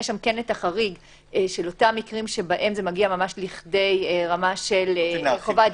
יש החריג של אותם מקרים שבהם זה מגיע לידי רמה של חובת דיווח,